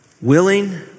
Willing